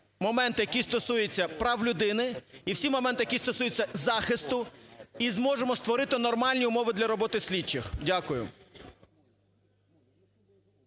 моменти, які стосуються прав людини, і всі моменти, які стосуються захисту, і зможемо створити нормальні умови для роботи слідчих. Дякую.